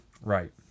right